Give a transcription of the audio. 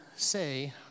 say